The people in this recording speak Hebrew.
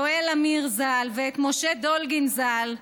יואל אמיר ז"ל ואת משה דולגין ז"ל,